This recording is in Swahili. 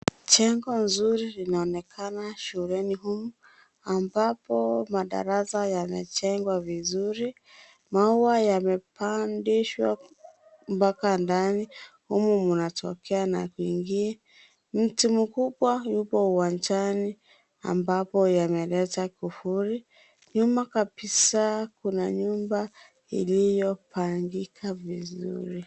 Jengo nzuri linaonekana shuleni humu. Ambako madarasa yamejengwa vizuri. Maua yamepandishwa mpaka ndani humu mnatokea na kuingia. Mti mkubwa yuko uwanjani ambapo yameleta kivuli. Nyuma kabisa kuna nyumba iliyopangika vizuri.